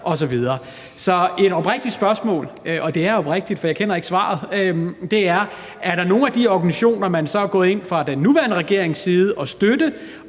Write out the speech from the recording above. osv. Så et oprigtigt spørgsmål, og det er oprigtigt, for jeg kender ikke svaret, er: Er der nogen af de organisationer, som man fra den nuværende regerings side er gået